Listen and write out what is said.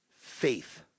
faith